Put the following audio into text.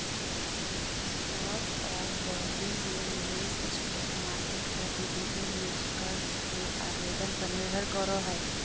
stock और bond में निवेश स्टॉक मार्केट गतिविधि निष्कर्ष के आवेदन पर निर्भर करो हइ